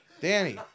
Danny